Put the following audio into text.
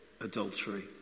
adultery